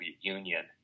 Union